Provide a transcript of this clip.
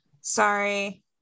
Sorry